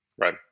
Right